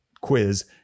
quiz